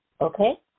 Okay